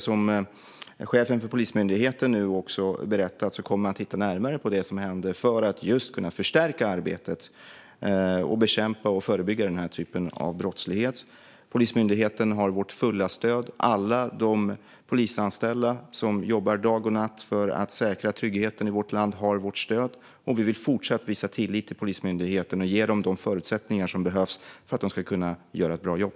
Som chefen för Polismyndigheten har berättat kommer man att titta närmare på det som hände för att just kunna förstärka arbetet och bekämpa och förebygga denna typ av brottslighet. Polismyndigheten har vårt fulla stöd. Alla de polisanställda som jobbar dag och natt för att säkra tryggheten i vårt land har vårt stöd. Och vi vill fortsatt visa tillit till Polismyndigheten och ge den de förutsättningar som behövs för att den ska kunna göra ett bra jobb.